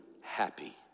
happy